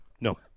No